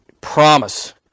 promise